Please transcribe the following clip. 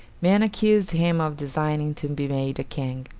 men accused him of designing to be made a king.